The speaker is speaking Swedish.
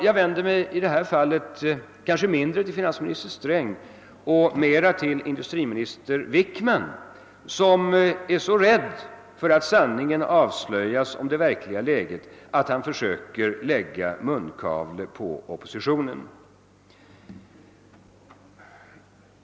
Jag vänder mig i detta fall kanske mindre till finansminister Sträng än till industriminister Wickman, som är så rädd för att sanningen om det verkliga läget skall avslöjas, att han försöker lägga munkavle på oppositionen.